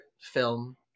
film